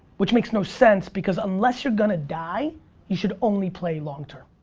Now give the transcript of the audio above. which makes no sense because unless you're gonna die you should only play long term.